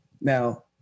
now